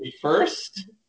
first